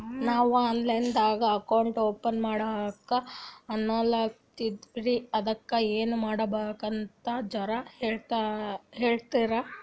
ನಾವು online ದಾಗ account open ಮಾಡ್ಲಕಂತ ಅನ್ಕೋಲತ್ತೀವ್ರಿ ಅದಕ್ಕ ಏನ ಮಾಡಬಕಾತದಂತ ಜರ ಹೇಳ್ರಲ?